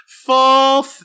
full